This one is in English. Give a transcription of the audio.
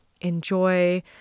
enjoy